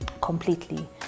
completely